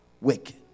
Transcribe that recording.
wicked